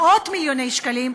מאות-מיליוני שקלים,